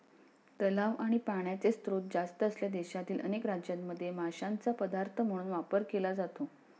तलाव आणि पाण्याचे स्त्रोत जास्त असलेल्या देशातील अनेक राज्यांमध्ये माशांचा पदार्थ म्हणून वापर केला जातो